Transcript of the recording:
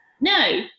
No